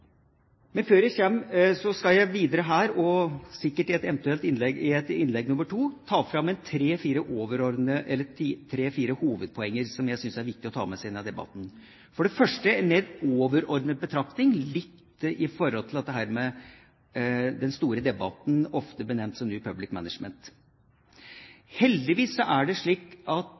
et eventuelt innlegg nr. to, vil jeg ta fram tre–fire hovedpoeng som jeg synes det er viktig å ta med i denne debatten, for det første en mer overordnet betraktning i forhold til den store debatten ofte benevnt som New Public Management. Heldigvis er det slik at